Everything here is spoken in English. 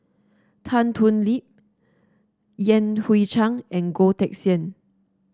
Tan Thoon Lip Yan Hui Chang and Goh Teck Sian